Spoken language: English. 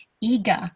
eager